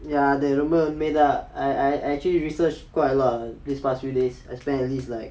ya அது ரொம்ப உண்மைதா:athu romba unmaithaa I actually research quite a lot lah these past few days I spent at least like